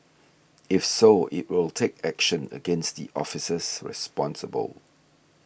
if so it will take action against the officers responsible